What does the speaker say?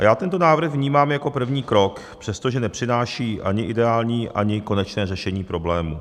Já tento návrh vnímám jako první krok, přestože nepřináší ani ideální, ani konečné řešení problému.